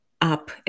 up